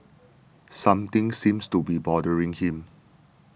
something seems to be bothering him